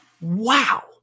Wow